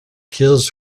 kills